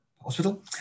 Hospital